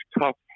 tough